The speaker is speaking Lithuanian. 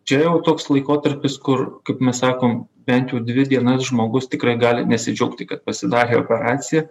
čia jau toks laikotarpis kur kaip mes sakom bent jau dvi dienas žmogus tikrai gali nesidžiaugti kad pasidarė operaciją